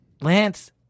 Lance